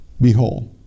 Behold